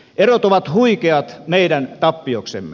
erot ovat huikeat meidän tappioksemme